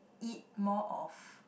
eat more of